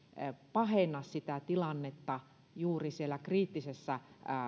pahenna sitä tilannetta juuri siellä kriittisellä